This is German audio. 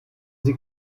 sie